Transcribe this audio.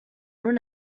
non